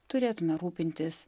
turėtume rūpintis